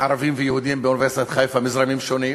ערבים ויהודים באוניברסיטת חיפה, מזרמים שונים,